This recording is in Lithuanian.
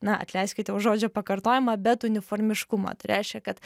na atleiskite už žodžio pakartojimą bet uniformiškumo tai reiškia kad